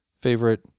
favorite